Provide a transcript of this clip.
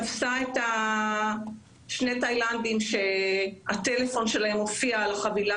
תפסה את שני התאילנדים שהטלפון שלהם הופיע על החבילה,